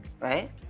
right